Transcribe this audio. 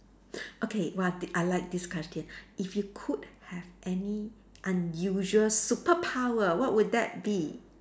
okay !wah! I like this question if you could have any unusual superpower what would that be